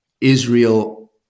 Israel